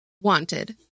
wanted